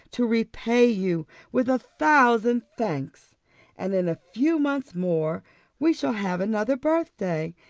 to repay you with a thousand thanks and in a few months more we shall have another birthday,